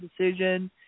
decision